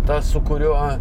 tas su kuriuo